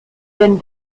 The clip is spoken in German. denn